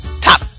top